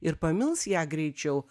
ir pamils ją greičiau